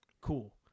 cool